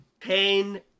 ten